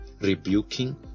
rebuking